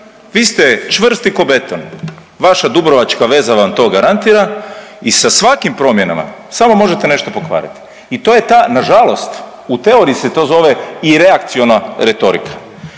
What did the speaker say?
vi ste čvrsti ko beton, vaša dubrovačka veza vam to garantira i sa svakim promjenama samo možete nešto pokvarit i to je ta nažalost u teoriji se to zove ireakciona retorika,